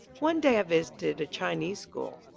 one day i visited a chinese school.